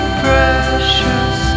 precious